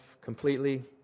completely